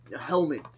helmet